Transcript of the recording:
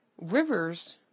Rivers